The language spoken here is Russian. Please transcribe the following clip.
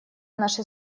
наши